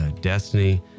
Destiny